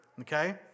Okay